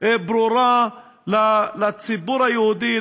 ברורה לציבור היהודי,